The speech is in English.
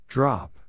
Drop